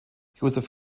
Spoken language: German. josef